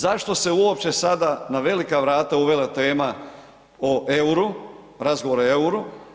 Zašto se uopće sada na velika vrata uvela tema o EUR-u, razgovor o EUR-u?